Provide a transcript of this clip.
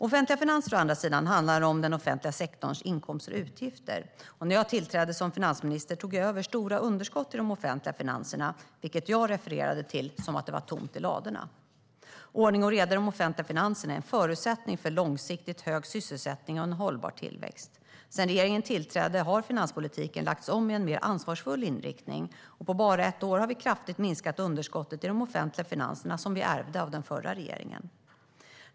Offentliga finanser å andra sidan handlar om den offentliga sektorns inkomster och utgifter. När jag tillträdde som finansminister tog jag över stora underskott i de offentliga finanserna, vilket jag refererade till som att det var tomt i ladorna. Ordning och reda i de offentliga finanserna är en förutsättning för långsiktigt hög sysselsättning och hållbar tillväxt. Sedan regeringen tillträdde har finanspolitiken lagts om i en mer ansvarsfull riktning. På bara ett år har vi kraftigt minskat underskottet i de offentliga finanserna som vi ärvde av den förra regeringen.